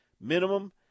minimum